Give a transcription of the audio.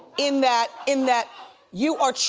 in that in that you are,